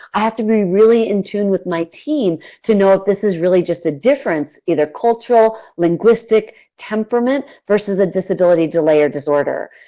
i have to be really in tune with my team to know if this is really just a difference either cultural, linguistic, temperament versus a disability, delay, or disorder.